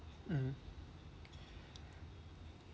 mm